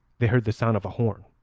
they heard the sound of a horn,